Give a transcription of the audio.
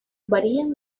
varían